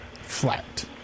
Flat